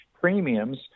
premiums